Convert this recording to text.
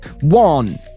One